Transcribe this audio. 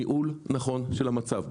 ניהול נכון של המצב.